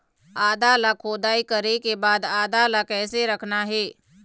आदा ला खोदाई करे के बाद आदा ला कैसे रखना हे?